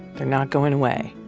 they're not going away.